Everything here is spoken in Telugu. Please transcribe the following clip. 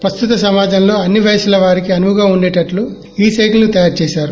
ప్రస్తుత సమాజం లో అన్ని వయస్సుల వారికి అనువుగా ఉండేటట్లు ఈ సైకిల్ ను తయారు చేసారు